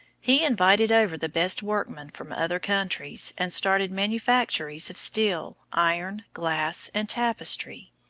he invited over the best workmen from other countries and started manufactories of steel, iron, glass, and tapestry.